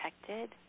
protected